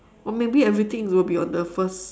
or maybe everything will be on the first